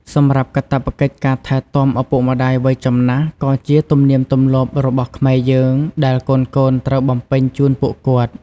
សម្រាប់កាតព្វកិច្ចការថែទាំឪពុកម្ដាយវ័យចំណាស់ក៏ជាទំនៀមទម្លាប់របស់ខ្មែរយើងដែលកូនៗត្រូវបំពេញជូនពួកគាត់។